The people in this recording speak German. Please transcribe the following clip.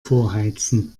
vorheizen